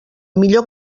millor